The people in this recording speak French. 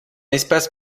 espace